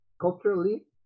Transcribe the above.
culturally